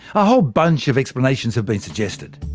a whole bunch of explanations have been suggested.